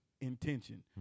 intention